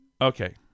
okay